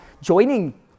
joining